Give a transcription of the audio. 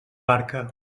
barca